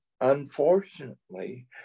Unfortunately